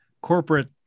corporate